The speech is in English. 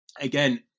Again